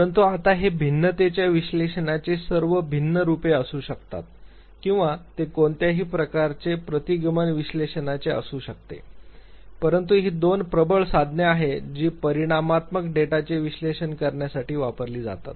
तर आता ते भिन्नतेच्या विश्लेषणाचे सर्व भिन्न रूपे असू शकतात किंवा ते कोणत्याही प्रकारचे प्रतिगमन विश्लेषणाचे असू शकते परंतु ही दोन प्रबळ साधने आहेत जी परिमाणात्मक डेटाचे विश्लेषण करण्यासाठी वापरली जातात